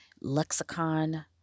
lexicon